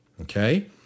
Okay